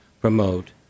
promote